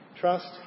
Trust